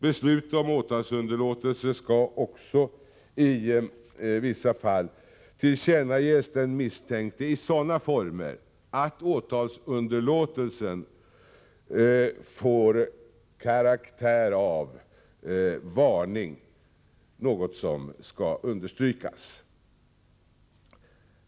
Beslut om åtalsunderlåtelse skall också i vissa fall tillkännages den misstänkte i sådana former att åtalsunderlåtelsens karaktär av varning understryks.